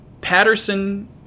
Patterson